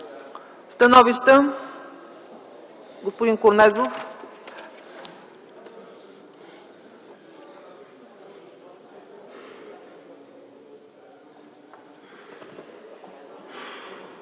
Становища? Господин Корнезов.